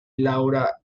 laura